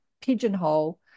pigeonhole